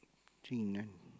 three in one